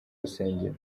rusengero